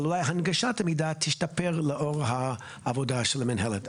אבל אולי הנגשת המידע תשתפר לאור העבודה של המינהלת.